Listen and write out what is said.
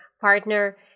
partner